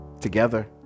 together